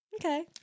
Okay